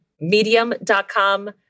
medium.com